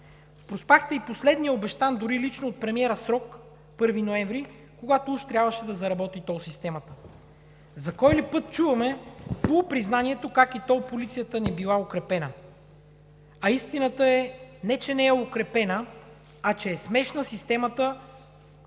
Проспахте и последния обещан, дори лично от премиера, срок – 1 ноември, когато уж трябваше да заработи тол системата. За кой ли път чуваме полупризнанието как и тол полицията не била укрепена, а истината е – не че не е укрепена, а че е смешна системата